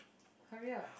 hurry up